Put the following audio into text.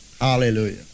Hallelujah